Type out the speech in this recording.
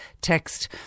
text